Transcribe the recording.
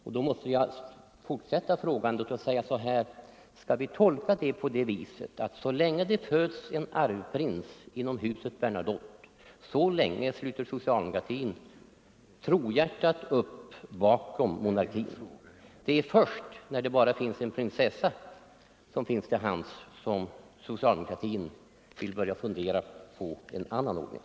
Men då måste jag fortsätta frågandet och säga så här: Skall vi tolka detta på det viset att så länge det föds en arvprins inom huset Bernadotte, så länge sluter socialdemokratin trohjärtat upp bakom monarkin? Är det först när det bara finns en prinsessa till hands som socialdemokratin vill börja fundera på en annan ordning?